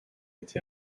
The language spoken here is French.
été